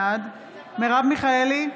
בעד מרב מיכאלי,